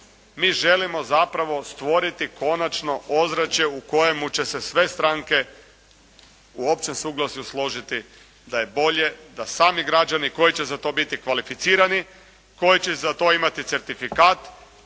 mi želimo zapravo stvoriti konačno ozračje u kojemu će se sve stranke u općem suglasju složiti da je bolje da sami građani koji će za to biti kvalificirani, koji će za to imati certifikat